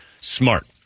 Smart